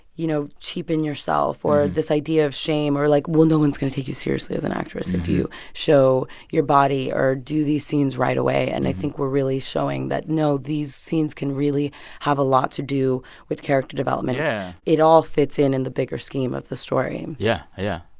you know, cheapen yourself or this idea of shame or like, well, no one's going to take you seriously as an actress if you show your body or do these scenes right away. and i think we're really showing that, no, these scenes can really have a lot to do with character development. it all fits in in the bigger scheme of the story yeah, yeah.